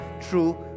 true